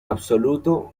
absoluto